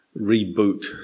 reboot